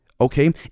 Okay